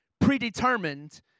predetermined